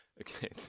Okay